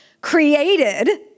created